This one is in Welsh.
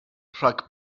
rhag